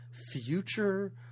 future